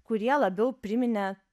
kurie labiau priminė